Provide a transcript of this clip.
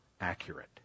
accurate